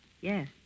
Yes